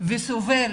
וסובל